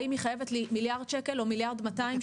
האם היא חייבת לי מיליארד שקל או מיליארד ו-200 שקל,